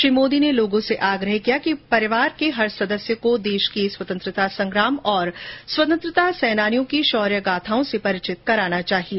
श्री मोदी ने लोगों से आग्रह किया कि परिवार के हर सदस्य को देश के स्वतंत्रता संग्राम और स्वतंत्रता सेनानियों की शौर्य गाथाओं से परिचित कराना चाहिए